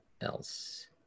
else